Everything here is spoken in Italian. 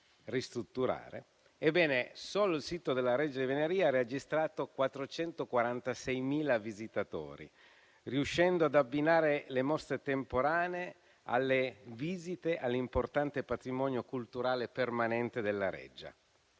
2023 il solo complesso della reggia di Venaria ha registrato 446.000 visitatori, riuscendo ad abbinare mostre temporanee alle visite all'importante patrimonio culturale permanente della reggia,